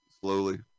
slowly